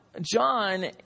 John